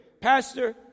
Pastor